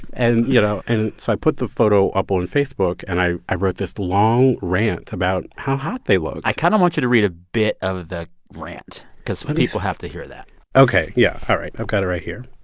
and, you know and so i put the photo up on facebook, and i i wrote this long rant about how hot they looked i kind of want you to read a bit of the rant because people have to hear that ok. yeah. all right. i've got it right here